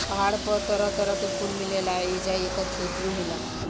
पहाड़ पर तरह तरह के फूल मिलेला आ ऐजा ऐकर खेतियो होला